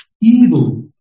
evil